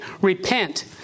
Repent